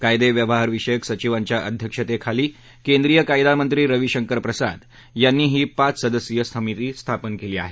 कायदे व्यवहारविषयक सविवांच्या अध्यक्षतेखाली केंद्रीय कायदा मंत्री रविशंकर प्रसाद यांनी ही पाच सदस्यीय समिती स्थापन केली आहे